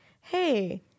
hey-